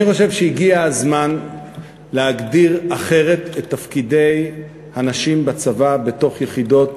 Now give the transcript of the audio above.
אני חושב שהגיע הזמן להגדיר אחרת את תפקידי הנשים בצבא בתוך יחידות